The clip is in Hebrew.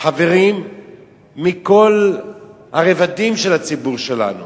חברים מכל הרבדים של הציבור שלנו?